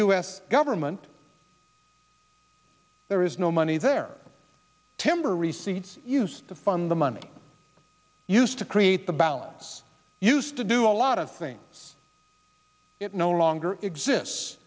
s government there is no money there timber receipts used to fund the money used to create the balance used to do a lot of things it no longer exists